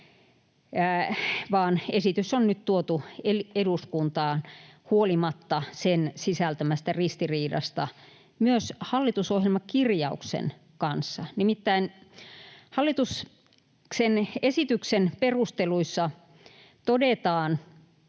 esitys on nyt tuotu eduskuntaan huolimatta sen sisältämästä ristiriidasta myös hallitusohjelmakirjauksen kanssa. Nimittäin hallituksen esityksen perusteluissa todetaan,